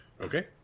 Okay